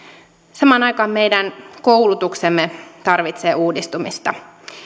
samaan aikaan meidän koulutuksemme tarvitsee uudistumista